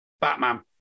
Batman